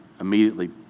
immediately